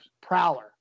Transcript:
prowler